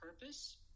purpose